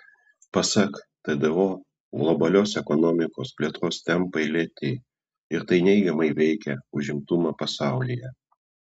pasak tdo globalios ekonomikos plėtros tempai lėti ir tai neigiamai veikia užimtumą pasaulyje